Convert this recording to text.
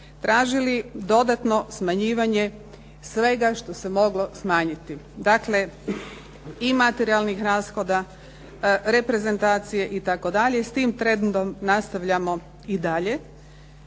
tražili dodatno smanjivanje svega što se moglo smanjiti. Dakle, i materijalnih rashoda, reprezentacije itd. S tim trendom nastavljamo i dalje.